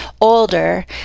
older